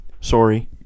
Sorry